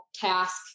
task